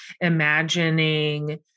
imagining